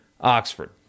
Oxford